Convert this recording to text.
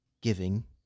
giving